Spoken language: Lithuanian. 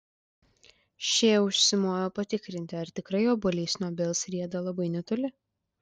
šie užsimojo patikrinti ar tikrai obuolys nuo obels rieda labai netoli